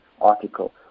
article